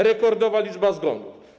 Rekordowa liczba zgonów.